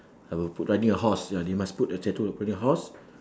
I will put riding a horse ya they must put the statue riding a horse